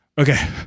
okay